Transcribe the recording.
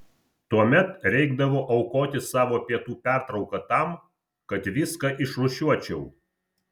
tuomet reikdavo aukoti savo pietų pertrauką tam kad viską išrūšiuočiau